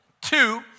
Two